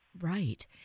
Right